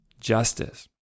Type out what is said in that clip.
Justice